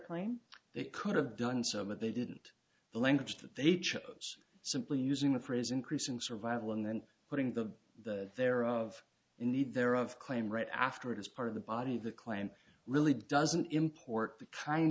claim they could have done some of they didn't the language that they chose simply using the phrase increasing survival and then putting the the thereof in the there of claim right after it is part of the body of the claim really doesn't import the kind